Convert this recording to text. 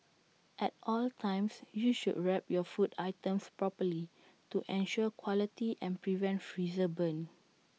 at all times you should wrap your food items properly to ensure quality and prevent freezer burn